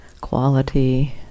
quality